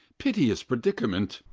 piteous predicament!